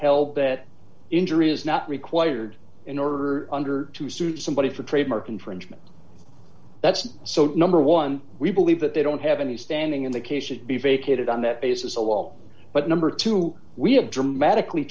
held that injury is not required in order under to sue somebody for trademark infringement that's so number one we believe that they don't have any standing in the case should be vacated on that basis a wall but number two we have dramatically